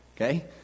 okay